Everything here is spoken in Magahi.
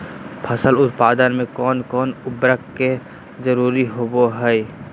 फसल उत्पादन में कोन कोन उर्वरक के जरुरत होवय हैय?